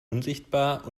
unsichtbar